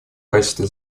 качестве